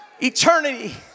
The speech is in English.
eternity